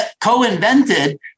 co-invented